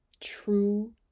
true